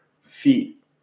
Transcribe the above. feet